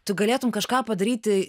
tu galėtum kažką padaryti